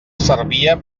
servia